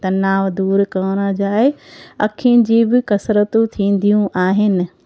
तनाव दूरि करण जा आहे अखियुनि जी बि कसरतूं थींदियूं आहिनि